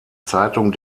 zeitung